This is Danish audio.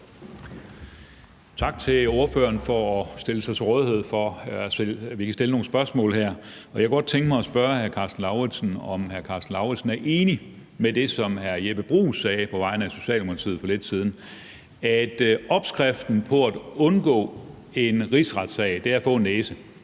Tak til ordføreren for at stille sig til rådighed for, at vi kan stille nogle spørgsmål her. Jeg kunne godt tænke mig at spørge hr. Karsten Lauritzen, om hr. Karsten Lauritzen er enig i det, som hr. Jeppe Bruus sagde på vegne af Socialdemokratiet for lidt siden, nemlig at opskriften på at undgå en rigsretssag er at få en